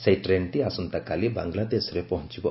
ସେହି ଟ୍ରେନଟି ଆସନ୍ତାକାଲି ବାଂଲାଦେଶରେ ପହଞ୍ଚବ